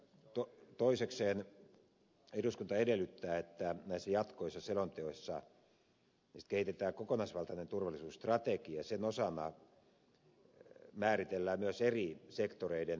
sitten toisekseen eduskunta edellyttää että näistä jatkuvista selonteoista kehitetään kokonaisvaltainen turvallisuusstrategia ja sen osana määritellään myös eri sektoreiden voimavarat